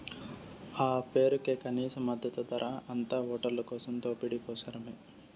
ఆ పేరుకే కనీస మద్దతు ధర, అంతా ఓట్లకోసం దోపిడీ కోసరమే